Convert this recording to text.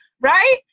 right